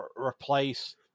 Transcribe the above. replace